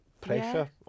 pressure